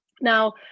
Now